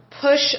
push